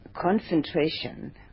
concentration